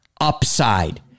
upside